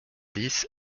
dix